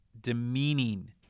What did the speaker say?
demeaning